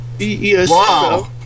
Wow